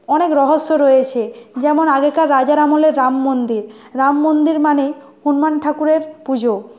অনেক রহস্য রয়েছে যেমন আগেকার রাজার আমলের রাম মন্দির রাম মন্দির মানে হনুমান ঠাকুরের পুজো